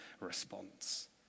response